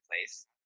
place